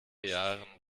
jahren